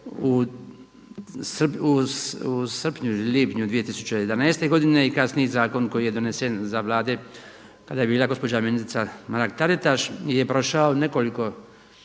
u srpnju ili lipnju 2011. godine i kasniji zakon koji je donesen za Vlade kada je bila gospođa ministrica Mrak-Taritaš je prošao nekoliko